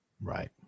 Right